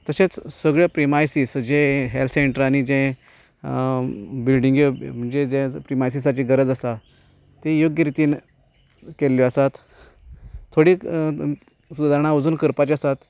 तशेंच सगळें प्रिमायसिस जें हॅल्थ सेंटरानी जें बिल्डींगो जें म्हणजे जें प्रिमायसिसाची गरज आसा ती योग्य रितीन केल्ली आसात थोडीं सुदारणां अजून करपाची आसात